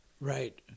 Right